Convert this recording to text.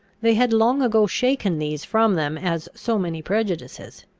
they had long ago shaken these from them as so many prejudices.